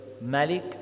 Malik